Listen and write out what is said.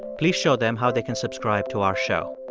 please show them how they can subscribe to our show.